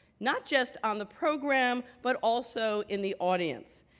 not just on the program, but also in the audience.